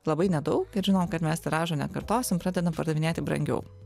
labai nedaug ir žinom kad mes tiražo nekartosim pradedam pardavinėti brangiau